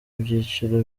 ibyiciro